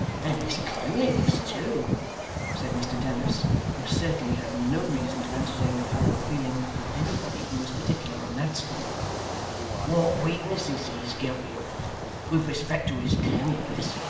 and his cleanliness too said mr dennis who certainly had no reason to entertain a fellow feeling with anybody who was particular on that score what weaknesses he's guilty of with respect to his cleanliness!